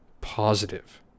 positive